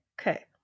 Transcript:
okay